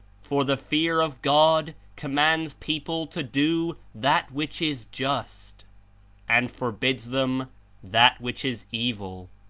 for the fear of god commands people to do that which is just and forbids them that which is evil.